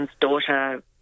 daughter